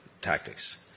tactics